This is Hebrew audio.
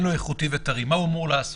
לו מזון איכותי וטרי מה הוא אמור לעשות?